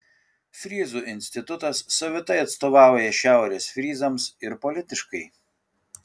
fryzų institutas savitai atstovauja šiaurės fryzams ir politiškai